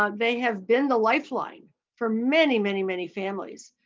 um they have been the lifeline for many many many families.